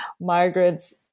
migrant's